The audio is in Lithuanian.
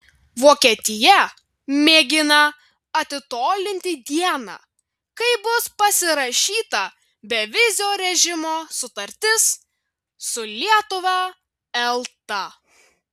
vokietija mėgina atitolinti dieną kai bus pasirašyta bevizio režimo sutartis su lietuva elta